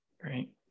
Great